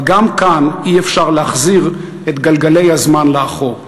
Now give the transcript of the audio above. אבל גם כאן אי-אפשר להחזיר את גלגלי הזמן לאחור.